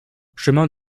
chemin